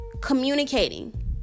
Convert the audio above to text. communicating